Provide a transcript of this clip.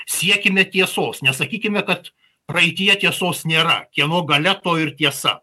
siekime tiesos nesakykime kad praeityje tiesos nėra kieno galia to ir tiesa